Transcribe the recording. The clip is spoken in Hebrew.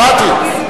שמעתי.